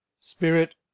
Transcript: spirit